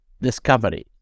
discovery